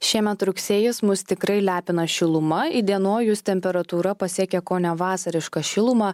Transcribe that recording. šiemet rugsėjis mus tikrai lepino šiluma įdienojus temperatūra pasiekia kone vasarišką šilumą